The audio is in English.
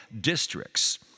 districts